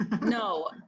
no